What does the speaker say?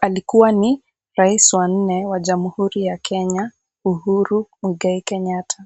alikua ni rais wa nne wa jamhuri ya Kenya Uhuru Mwigai Kenyatta.